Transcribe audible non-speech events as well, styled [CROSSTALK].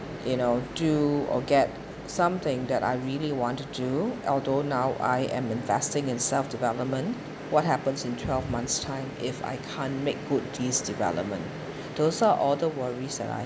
you know do or get something that I really wanted to although now I am investing in self development what happens in twelve months time if I can't make good these development [BREATH] those are all the worries that I